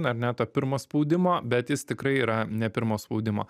ar ne to pirmo spaudimo bet jis tikrai yra ne pirmo spaudimo